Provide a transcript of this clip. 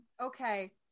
Okay